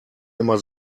immer